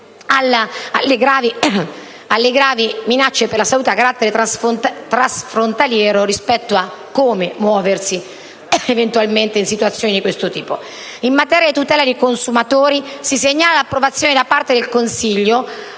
alle gravi minacce per la salute a carattere transfrontaliero, rispetto cioè a come muoversi eventualmente in situazioni di questo tipo. In materia di tutela dei consumatori si segnala l'approvazione da parte del Consiglio,